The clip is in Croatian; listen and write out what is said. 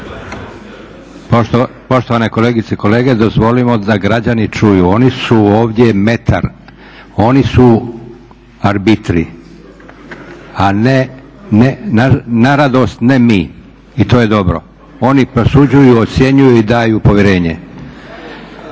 Poštovane kolegice i kolege dozvolimo da građani čuju, oni su ovdje metar, oni su arbitri a ne, na radost, ne mi. I to je dobro. Oni prosuđuju, ocjenjuju i daju povjerenje.